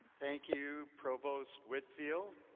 thank you provost whitfield.